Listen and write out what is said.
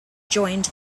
joined